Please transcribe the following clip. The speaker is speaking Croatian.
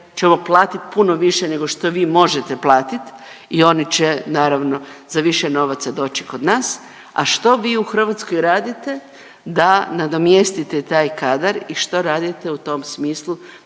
ćemo platiti puno više nego što vi možete platiti i oni će naravno, za više novaca doći kod nas, a što vi u Hrvatskoj radite da nadomjestite taj kadar i što radite u tom smislu,